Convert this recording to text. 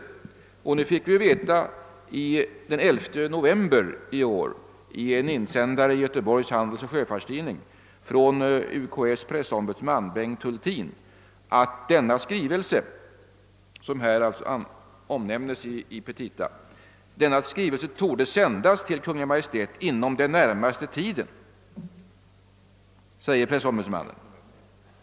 Nu fick vi ju den 11 november i år i en insändare i Göteborgs Handelsoch Sjöfartstidning från UKÄ:s pressombudsman, Bengt Hultin, veta att den skrivelse, som omnämnes i petita, torde sändas till Kungl. Maj:t inom den närmaste tiden.